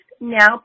now